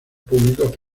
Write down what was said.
públicos